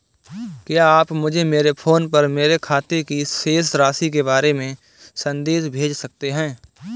क्या आप मुझे मेरे फ़ोन पर मेरे खाते की शेष राशि के बारे में संदेश भेज सकते हैं?